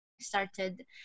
started